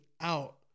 out